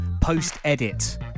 Post-edit